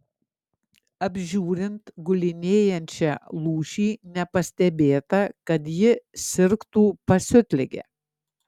apžiūrint gulinėjančią lūšį nepastebėta kad ji sirgtų pasiutlige